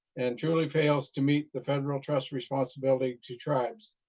and truly fails to meet the federal trust responsibility to tribes.